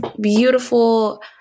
beautiful